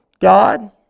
god